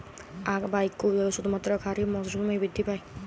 আখ বা ইক্ষু কি শুধুমাত্র খারিফ মরসুমেই বৃদ্ধি পায়?